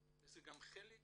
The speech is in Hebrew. זה גם רמקול וזה גם חלק